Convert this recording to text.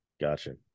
Gotcha